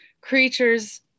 creature's